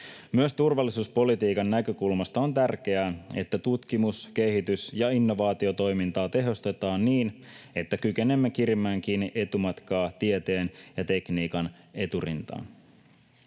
Myös turvallisuuspolitiikan näkökulmasta on tärkeää, että tutkimus-, kehitys- ja innovaatiotoimintaa tehostetaan niin, että kykenemme kirimään kiinni etumatkaa tieteen ja tekniikan eturintamaan.